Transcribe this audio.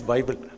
Bible